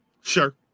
Sure